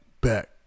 back